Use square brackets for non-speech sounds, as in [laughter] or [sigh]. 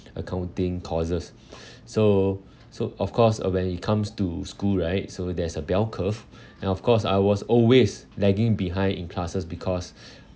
accounting courses [breath] so so of course uh when it comes to school right so there's a bell curve and of course I was always lagging behind in classes because [breath]